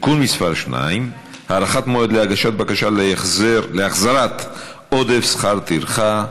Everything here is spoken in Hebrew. (תיקון מס' 2) (הארכת מועד להגשת בקשה להחזרת עודף שכר טרחה),